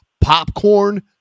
popcorn